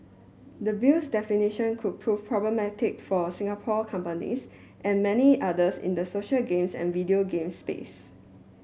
the Bill's definitions could prove problematic for Singapore companies and many others in the social games and video game space